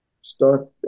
start